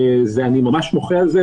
אני ממש מוחה על זה,